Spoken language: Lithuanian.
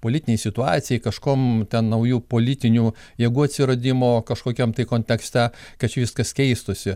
politinei situacijai kažkuom naujų politinių jėgų atsiradimo kažkokiam tai kontekste kad viskas keistųsi